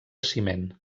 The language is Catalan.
ciment